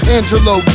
Angelo